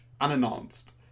unannounced